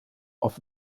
auf